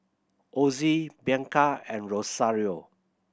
Ozie Bianca and Rosario